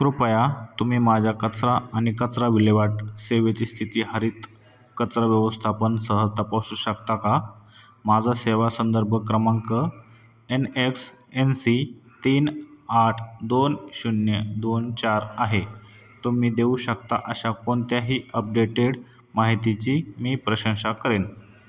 कृपया तुम्ही माझ्या कचरा आणि कचरा विल्हेवाट सेवेची स्थिती हरित कचरा व्यवस्थापन सह तपासू शकता का माझा सेवा संदर्भ क्रमांक एन एक्स एन सी तीन आठ दोन शून्य दोन चार आहे तुम्ही देऊ शकता अशा कोणत्याही अपडेटेड माहितीची मी प्रशंसा करेन